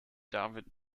david